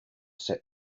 set